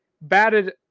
batted